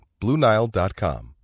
BlueNile.com